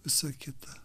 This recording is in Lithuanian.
visa kita